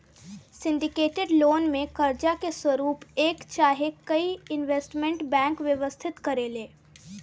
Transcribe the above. syndicated loan में कर्जा के स्वरूप एक चाहे कई इन्वेस्टमेंट बैंक व्यवस्थित करेले